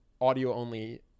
audio-only